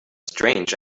strange